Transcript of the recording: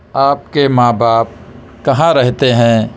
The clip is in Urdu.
آپ کے ماں باپ کہاں رہتے ہیں